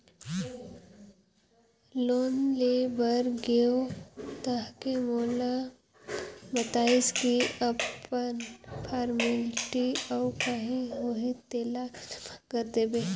loan ले बर गेंव ताहले मोला बताइस की अपन फारमेलटी अउ काही होही तेला जमा कर देबे